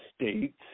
states